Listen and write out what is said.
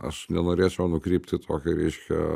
aš nenorėčiau nukrypt į tokia reiškia